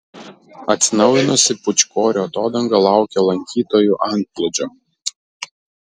atsinaujinusi pūčkorių atodanga laukia lankytojų antplūdžio